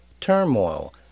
turmoil